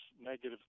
negative